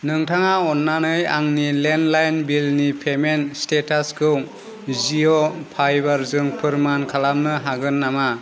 नोंथाङा अन्नानै आंनि लेन्डलाइन बिलनि पेमेन्ट स्टेटासखौ जिअ फाइबारजों फोरमान खालामनो हागोन नामा